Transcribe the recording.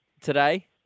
today